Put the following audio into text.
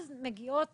אז מגיעות